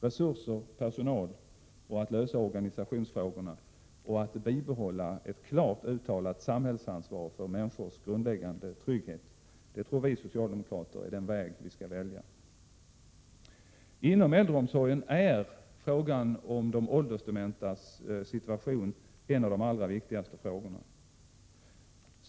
Resurser och personal, en lösning av organisationsfrågorna och ett bibehållande av ett klart uttalat samhällsansvar för människors grundläggande trygghet, det är den väg som vi socialdemokrater anser att man skall välja. Inom äldreomsorgen är frågan om de åldersdementas situation en av de allra viktigaste.